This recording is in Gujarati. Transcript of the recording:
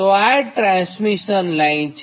તો આ ચાર ટ્રાન્સમિશન લાઇન છે